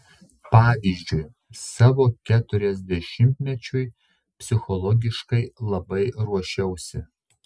pavyzdžiui savo keturiasdešimtmečiui psichologiškai labai ruošiausi